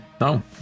No